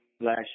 last